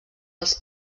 els